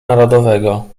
narodowego